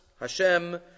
Hashem